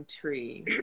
tree